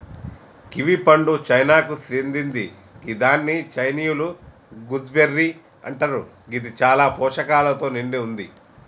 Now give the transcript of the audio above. kiwi పండు చైనాకు సేందింది గిదాన్ని చైనీయుల గూస్బెర్రీ అంటరు గిది చాలా పోషకాలతో నిండి వుంది